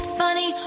funny